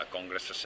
Congress